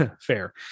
fair